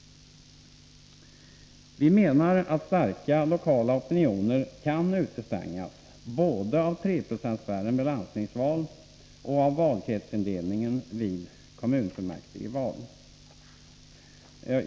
Vi menar att starka lokala opinioner kan utestängas både av 3 Jo-spärren vid landstingsval och av valkretsindelningen vid kommunfullmäktigeval.